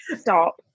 stop